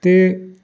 ते